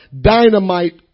Dynamite